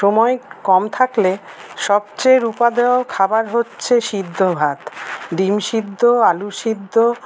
সময় কম থাকলে সবচেয়ে উপাদেয় খাবার হচ্ছে সিদ্ধ ভাত ডিম সিদ্ধ আলু সিদ্ধ